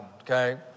okay